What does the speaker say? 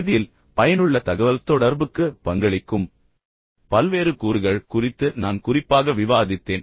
இறுதியில் பயனுள்ள தகவல்தொடர்புக்கு பங்களிக்கும் பல்வேறு கூறுகள் குறித்து நான் குறிப்பாக விவாதித்தேன்